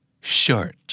SHIRT